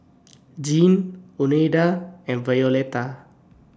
Gene Oneida and Violetta